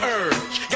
urge